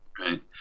right